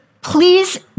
please